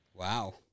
Wow